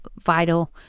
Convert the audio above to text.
vital